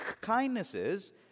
kindnesses